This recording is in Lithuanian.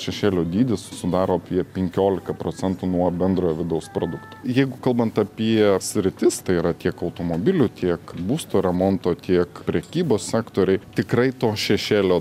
šešėlio dydis sudaro apie penkiolika procentų nuo bendrojo vidaus produkto jeigu kalbant apie sritis tai yra tiek automobilių tiek būsto remonto tiek prekybos sektoriai tikrai to šešėlio